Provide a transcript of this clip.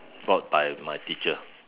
brought by my teacher